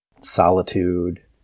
solitude